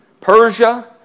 Persia